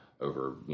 over